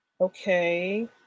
Okay